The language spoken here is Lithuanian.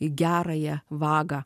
į gerąją vagą